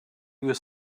was